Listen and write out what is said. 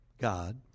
God